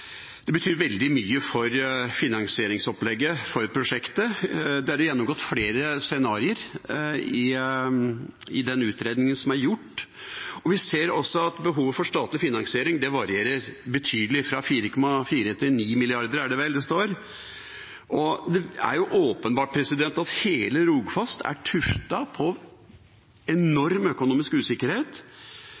gjennomgått flere scenarioer i utredningen som er gjort, og vi ser også at behovet for statlig finansiering varierer betydelig – fra 4,4 mrd. kr til 9 mrd. kr, står det vel. Det er åpenbart at hele Rogfast er tuftet på enorm økonomisk usikkerhet.